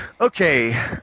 Okay